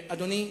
אדוני,